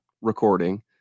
recording